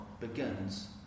begins